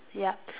yup